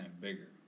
bigger